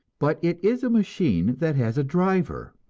but it is a machine that has a driver,